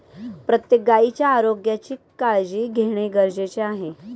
प्रत्येक गायीच्या आरोग्याची काळजी घेणे गरजेचे आहे